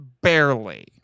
barely